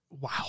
Wow